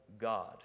God